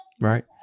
right